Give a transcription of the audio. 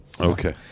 okay